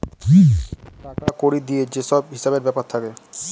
টাকা কড়ি দিয়ে যে সব হিসেবের ব্যাপার থাকে